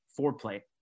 foreplay